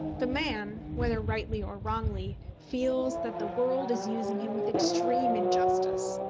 the man, whether rightly or wrongly, feels that the world is using him with extreme injustice.